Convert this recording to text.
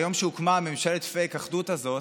מיום שהוקמה ממשלת הפייק-אחדות הזאת,